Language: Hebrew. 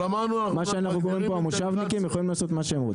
מה שאנחנו מדברים פה המושבניקים יכולים לעשות מה שהם רוצים.